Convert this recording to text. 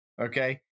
okay